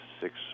six